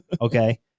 okay